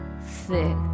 thick